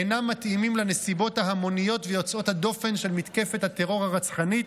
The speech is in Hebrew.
אינם מתאימים לנסיבות ההמוניות ויוצאות הדופן של מתקפת הטרור הרצחנית,